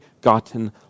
gotten